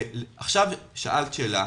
שאלת שאלה,